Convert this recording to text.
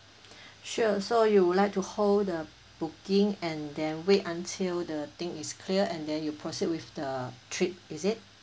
sure so you would like to hold the booking and then wait until the thing is clear and then you proceed with the trip is it